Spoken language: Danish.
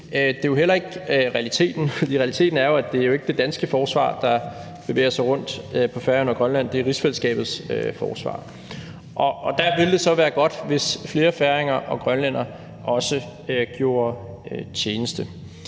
Det er jo heller ikke realiteten, for realiteten er jo, at det ikke er det danske forsvar, der bevæger sig rundt på Færøerne og i Grønland, det er rigsfællesskabets forsvar. Og der vil det så være godt, hvis flere færinger og grønlændere også gjorde tjeneste.